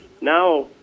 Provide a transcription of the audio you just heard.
Now